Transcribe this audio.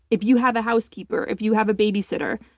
if you have a housekeeper, if you have a babysitter,